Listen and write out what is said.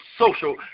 social